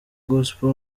gospel